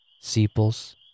sepals